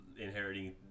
inheriting